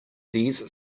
these